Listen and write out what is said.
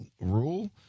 rule